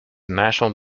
national